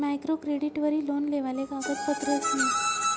micro क्रेडिटवरी loan लेवाले कागदपत्रसनी कारवायी नयी करणी पडस